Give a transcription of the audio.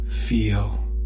feel